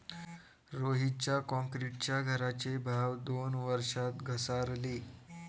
रोहितच्या क्रॉन्क्रीटच्या घराचे भाव दोन वर्षात घसारले